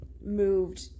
moved